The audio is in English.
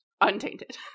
untainted